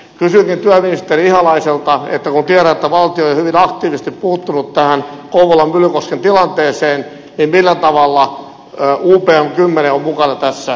kysynkin työministeri ihalaiselta kun tiedän että valtio ei hyvin aktiivisesti puuttunut tähän kouvolan myllykosken tilanteeseen millä tavalla upm kymmene on mukana tässä toiminnassa